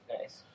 Nice